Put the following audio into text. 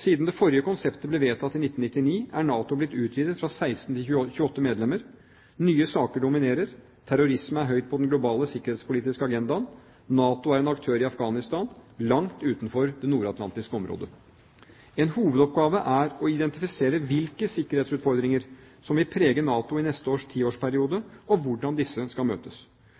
Siden det forrige konseptet ble vedtatt i 1999, er NATO blitt utvidet fra 16 til 28 medlemmer. Nye saker dominerer. Terrorisme er høyt på den globale sikkerhetspolitiske agendaen. NATO er en aktør i Afghanistan, langt utenfor det nordatlantiske området. En hovedoppgave er å identifisere hvilke sikkerhetsutfordringer som vil prege NATO i neste tiårsperiode, og hvordan disse skal møtes.